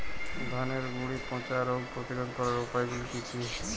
ধানের গুড়ি পচা রোগ প্রতিরোধ করার উপায়গুলি কি কি?